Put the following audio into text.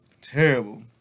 Terrible